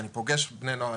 אני פוגש בני נוער,